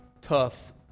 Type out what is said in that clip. tough